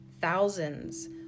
thousands